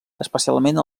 especialment